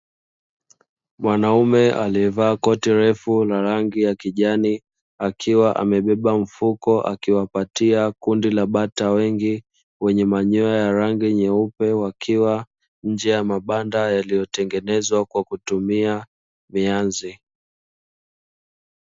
Mwanaume aliyevaa koti refu la rangi ya kijani, akiwa anawapatia kundi la bata wengi wenye manyoya ya rangi nyeupe, wakiwa nje ya mabanda yaliyotengenezwa kwa kutumia mianzi.